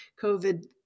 COVID